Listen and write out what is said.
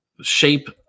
shape